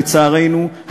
לצערנו,